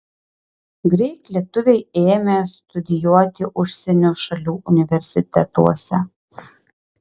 greit lietuviai ėmė studijuoti užsienio šalių universitetuose